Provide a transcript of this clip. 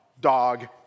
dog